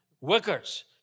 workers